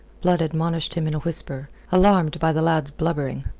blood admonished him in a whisper, alarmed by the lad's blubbering.